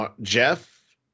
Jeff